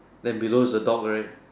and below is the dog right